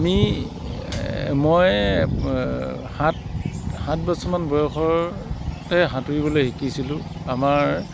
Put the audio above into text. আমি এ মই অ সাত সাত বছৰমান বয়সতে সাঁতুৰিবলৈ শিকিছিলো আমাৰ